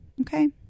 Okay